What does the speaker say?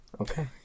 Okay